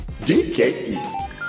DKE